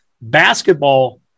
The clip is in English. Basketball